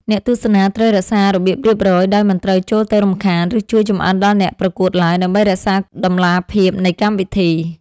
អ្នកទស្សនាត្រូវរក្សារបៀបរៀបរយ ដោយមិនត្រូវចូលទៅរំខាន ឬជួយចម្អិនដល់អ្នកប្រកួតឡើយ ដើម្បីរក្សាតម្លាភាពនៃកម្មវិធី។